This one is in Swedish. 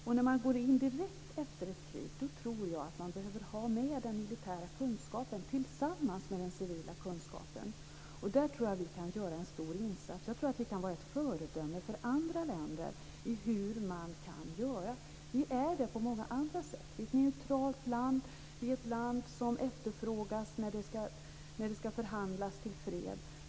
Och när man går in direkt efter ett krig tror jag att man behöver ha med både den militära kunskapen och den civila kunskapen. I det avseendet tror jag att vi kan göra en stor insats. Jag tror att vi kan vara ett föredöme för andra länder när det gäller hur man kan göra. Vi är ett föredöme på många andra sätt. Vi är ett neutralt land och ett land som efterfrågas när fred skall förhandlas fram.